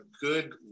good